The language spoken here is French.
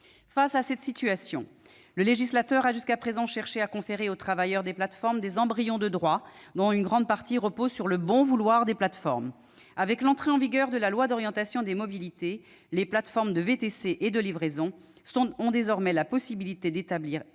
Face à cette situation, le législateur a, jusqu'à présent, cherché à conférer aux travailleurs des plateformes des embryons de droits, dont une grande partie repose sur le bon vouloir des plateformes. Avec l'entrée en vigueur de la loi d'orientation des mobilités, les plateformes de VTC et de livraison ont désormais la possibilité d'établir